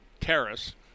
terrorists